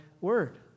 word